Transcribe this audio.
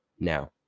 Now